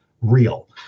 real